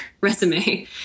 resume